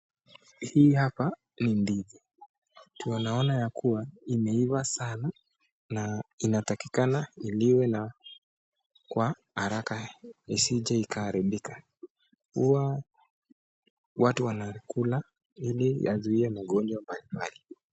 Hii hapa ni ndizi, tunaona ya kuwa imeiva sana na inatakikana iliwe kwa haraka isije ikaharibika. Huwa watu wanakula ili yazuie magonjwa mbalimbali.